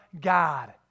God